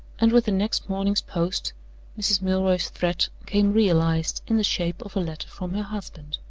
and with the next morning's post mrs. milroy's threat came realized in the shape of a letter from her husband.